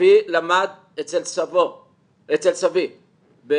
אבי למד אצל סבי בתימן,